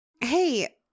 Hey